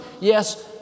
Yes